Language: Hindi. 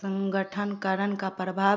संगठनकरण का प्रभाव